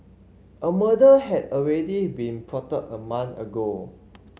a murder had already been plotted a month ago